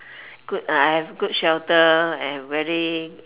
good shelter and very